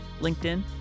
LinkedIn